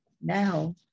now